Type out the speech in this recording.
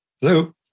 Hello